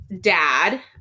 Dad